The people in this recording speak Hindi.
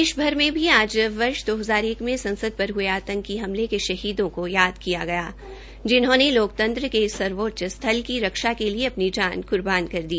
देशभर में आज वर्ष संसद पर हये आंतकी हमले के शहीदों को याद किया गया जिन्होंने लोकतंत्र के इस सर्वोचच स्थल की रक्षा के लिए अपनी जान क्र्बान की दी